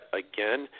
again